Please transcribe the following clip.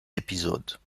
épisodes